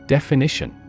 Definition